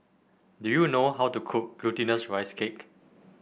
do you know how to cook Glutinous Rice Cake